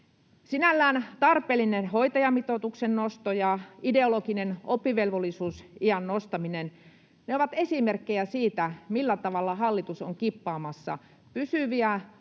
Sinällään tarpeellinen hoitajamitoituksen nosto ja ideologinen oppivelvollisuusiän nostaminen ovat esimerkkejä siitä, millä tavalla hallitus on kippaamassa pysyviä